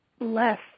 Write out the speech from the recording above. less